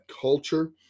culture